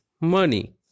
money